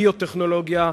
ביו-טכנולוגיה,